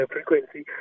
Frequency